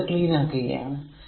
ഞാൻ ഇത് ക്ലീൻ ആക്കുകയാണ്